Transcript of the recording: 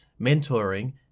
mentoring